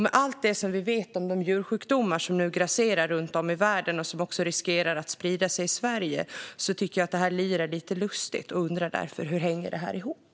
Med allt som vi vet om de djursjukdomar som nu grasserar runt om i världen och som också riskerar att sprida sig i Sverige tycker jag att detta lirar lite lustigt. Jag undrar därför: Hur hänger det här ihop?